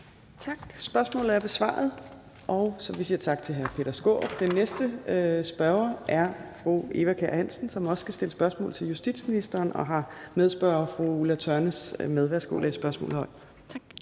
Tak. Spørgsmålet er besvaret. Så vi siger tak til hr. Peter Skaarup. Den næste spørger er fru Eva Kjer Hansen, som også skal stille spørgsmål til justitsministeren, og medspørger er fru Ulla Tørnæs. Kl. 15:11 Spm. nr.